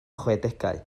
chwedegau